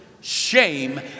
shame